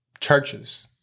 churches